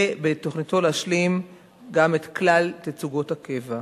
ובתוכניתו להשלים גם את כלל תצוגות הקבע.